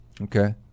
Okay